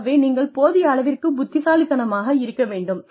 ஆகவே நீங்கள் போதிய அளவிற்கு புத்திசாலித்தனமாக இருக்க வேண்டும்